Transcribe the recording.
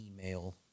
email